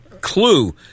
clue